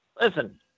listen